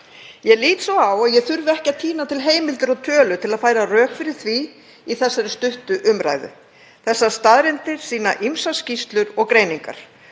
Ég lít svo á að ég þurfi ekki að tína til heimildir og tölur til að færa rök fyrir því í þessari stuttu umræðu. Þessar staðreyndir sýna ýmsar skýrslur og greiningar.